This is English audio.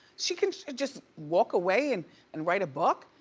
she can just walk away and and write a book?